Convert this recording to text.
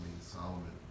Solomon